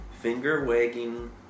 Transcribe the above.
finger-wagging